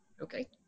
Okay